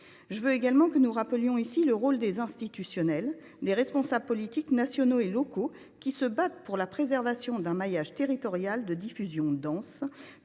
des films originaux. Rappelons ici le rôle des institutionnels, des responsables politiques, nationaux, locaux, qui se battent pour la préservation d’un maillage territorial de diffusion dense,